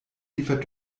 liefert